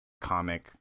comic